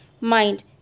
mind